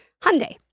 Hyundai